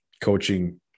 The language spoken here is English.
coaching